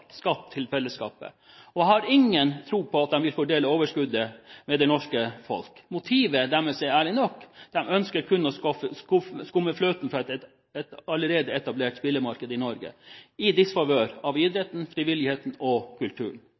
skatt til fellesskapet, og jeg har ingen tro på at de vil dele overskuddet med det norske folk. Motivet deres er ærlig nok: De ønsker kun å skumme fløten fra et allerede etablert spillmarked i Norge, i disfavør av idretten, frivilligheten og kulturen.